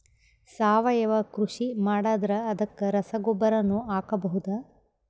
ಸಾವಯವ ಕೃಷಿ ಮಾಡದ್ರ ಅದಕ್ಕೆ ರಸಗೊಬ್ಬರನು ಹಾಕಬಹುದಾ?